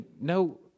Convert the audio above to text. no